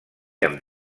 amb